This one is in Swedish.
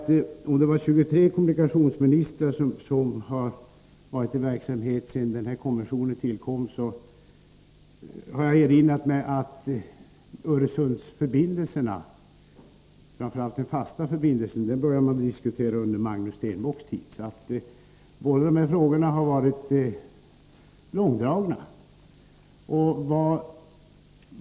Per Stenmarck sade att 23 kommunikationsministrar varit i funktion sedan konventionen tillkom. Jag har erinrat mig att Öresundsförbindelserna, framför allt den fasta förbindelsen, började diskuteras under Magnus Stenbocks tid. Båda de här frågorna har alltså varit långdragna.